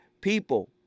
people